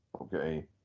Okay